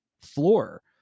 floor